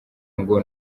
ngo